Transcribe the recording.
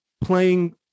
playing